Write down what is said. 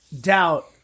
doubt